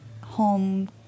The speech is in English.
home